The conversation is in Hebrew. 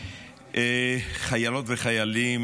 חיילות וחיילים,